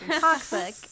toxic